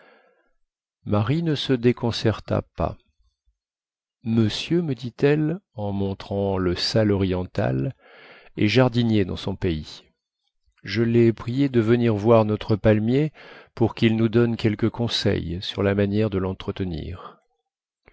marie ne se déconcerta pas monsieur me dit-elle en montrant le sale oriental est jardinier dans son pays je lai prié de venir voir notre palmier pour quil nous donne quelques conseils sur la manière de lentretenir